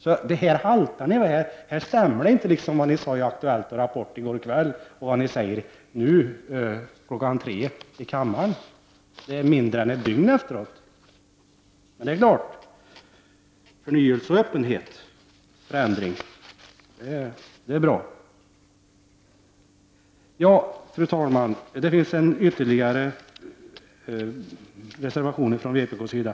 Argumenteringen haltar. Det som ni i centern sade i Aktuellt och Rapport i går kväll stämmer inte med vad ni säger i dag kl. 15.00 i kammaren. Det är mindre än ett dygn efteråt! Men, det är klart att det är bra med förnyelse, öppenhet och förändring. Fru talman! Det finns en ytterligare reservation från vpk:s sida.